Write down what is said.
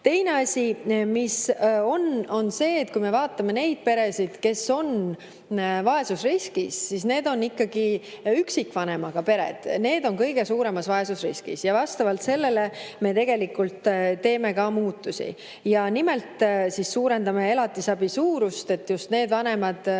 Teine asi on see, et kui me vaatame neid peresid, kes on vaesusriskis, siis need on ikkagi üksikvanemaga pered. Nemad on kõige suuremas vaesusriskis. Vastavalt sellele me teeme ka muudatusi. Nimelt suurendame elatisabi suurust, et just need vanemad,